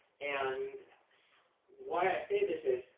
and why i say this is,